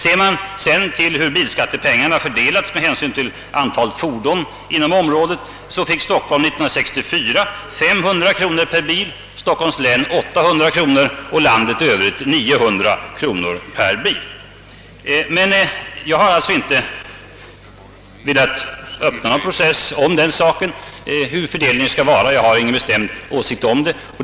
Ser man till hur bilskattemedlen fördelas med hänsyn till antalet fordon inom området, fick Stockholm 1964 per bil 500 kronor, Stockholms län 800 kronor och landet i övrigt 900 kronor. Jag har dock inte velat starta någon debatt om hur den fördelningen skall vara. Jag har ingen bestämd åsikt om detta.